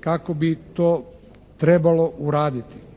kako bi to trebalo uraditi.